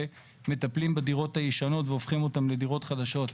ומטפלים בדירות הישנות והופכים אותן לדירות חדשות.